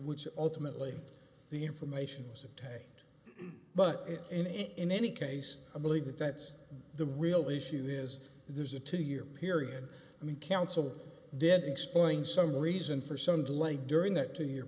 which ultimately the information was obtained but in any case i believe that that's the real issue is there's a two year period i mean counsel did explain some reason for some delay during that two year